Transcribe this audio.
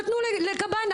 נתנו לקב"ן,